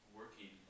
working